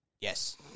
Yes